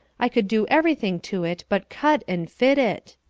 i could do every thing to it but cut and fit it.